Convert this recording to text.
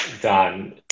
done